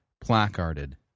placarded